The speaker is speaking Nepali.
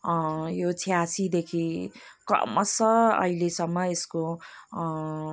यो छयासीदेखि क्रमशः अहिलेसम्म यसको